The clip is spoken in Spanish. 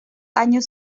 años